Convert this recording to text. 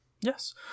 yes